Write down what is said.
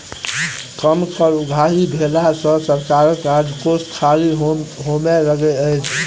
कम कर उगाही भेला सॅ सरकारक राजकोष खाली होमय लगै छै